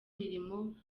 imirimo